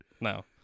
No